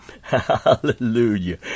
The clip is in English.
hallelujah